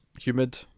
humid